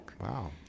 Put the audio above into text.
Wow